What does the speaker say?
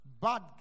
bad